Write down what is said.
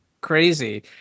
crazy